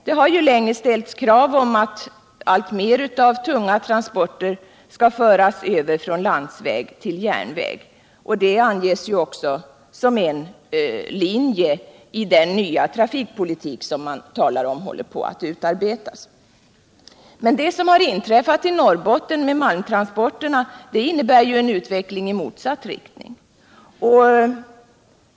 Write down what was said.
Det har länge ställts krav på att alltmer av tunga transporter skall föras över från landsväg till järnväg. Det anges också som en linje i den nya trafikpolitik som man talar om håller på att utarbetas. Men det som har inträffat i Norrbotten i fråga om malmtransporterna innebär en utveckling i motsatt riktning.